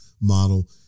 model